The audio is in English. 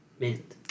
mint